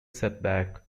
setback